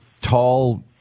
tall